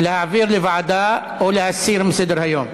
להעביר לוועדה או להסיר מסדר-היום.